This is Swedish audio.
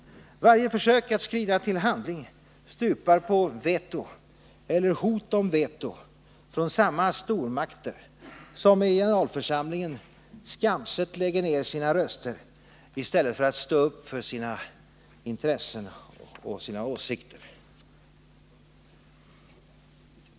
Varje försök att skrida till handling stupar på veto eller hot om veto från samma stormakter som i generalförsamlingen skamset lägger ned sina röster i stället för att stå upp för sina intressen och sina åsikter.